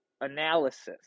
analysis